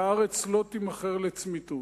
והארץ לא תימכר לצמיתות.